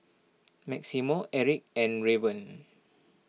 Maximo Erik and Raven